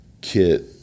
kit